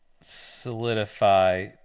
solidify